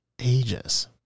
ages